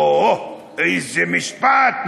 אוהו, איזה משפט.